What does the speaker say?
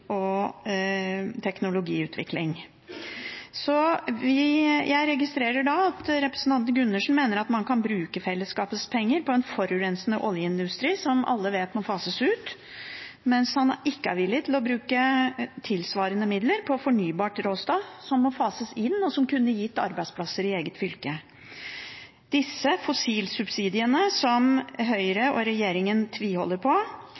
og teknologiutvikling. Jeg registrerer at representanten Gundersen mener at man kan bruke fellesskapets penger på en forurensende oljeindustri som alle vet må fases ut, mens han ikke er villig til å bruke tilsvarende midler på fornybart råstoff som må fases inn, og som kunne gitt arbeidsplasser i eget fylke. Disse fossilsubsidiene som Høyre og regjeringen tviholder på,